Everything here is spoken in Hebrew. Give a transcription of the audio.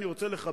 אני לא חושב